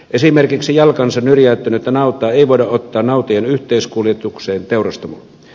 esimerkiksi jalkansa nyrjäyttänyttä nautaa ei voida ottaa nautojen yhteiskuljetukseen teurastamolle